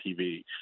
TV